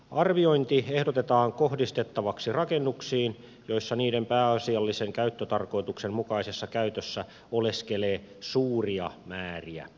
arviointi ehdotetaan kohdistettavaksi rakennuksiin joissa niiden pääasiallisen käyttötarkoituksen mukaisessa käytössä oleskelee suuria määriä ihmisiä